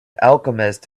alchemist